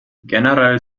generell